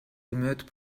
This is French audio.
émeutes